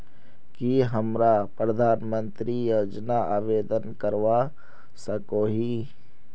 की हमरा प्रधानमंत्री योजना आवेदन करवा सकोही?